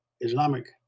Islamic